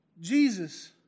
Jesus